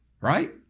right